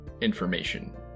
information